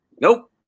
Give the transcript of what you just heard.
Nope